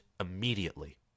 immediately